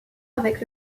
avec